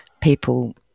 people